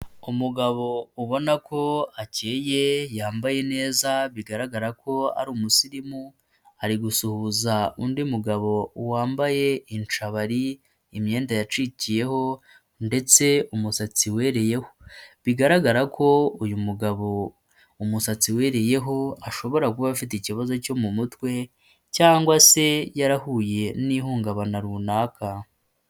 Umugabo ubona ko akeye yambaye neza, bigaragara ko ari umusirimu, ari gusuhuza undi mugabo wambaye inshabari, imyenda yacikiyeho ndetse umusatsi wereyeho, bigaragara ko uyu mugabo umusatsi wereyeho ashobora kuba afite ikibazo cyo mu mutwe cyangwa se yarahuye n'ihungabana runaka.